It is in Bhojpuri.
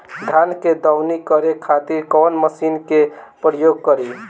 धान के दवनी करे खातिर कवन मशीन के प्रयोग करी?